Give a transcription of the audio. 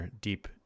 deep